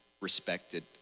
respected